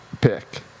pick